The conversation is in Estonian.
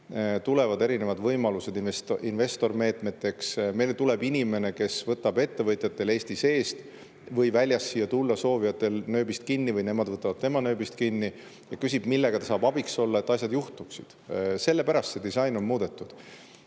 tulevad erinevad võimalused investormeetmeteks, meile tuleb inimene, kes võtab ettevõtjatel Eestis sees või siia tulla soovijatel Eestist väljas nööbist kinni, või nemad võtavad tema nööbist kinni, ja küsib, millega ta saab abiks olla, et asjad juhtuksid. Sellepärast on seda disaini muudetud.